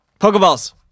Pokeballs